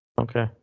Okay